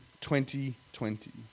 2020